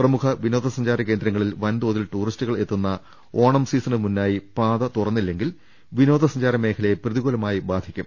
പ്രമുഖ വിനോദ സഞ്ചാര കേന്ദ്രങ്ങ ളിൽ വൻതോതിൽ ടൂറിസ്റ്റുകൾ എത്തുന്ന ഓണം സീസണ് മുമ്പായി പാത തുറന്നില്ലെങ്കിൽ വിനോദസഞ്ചാര മേഖലയെ പ്രതികൂലമായി ബാധിക്കും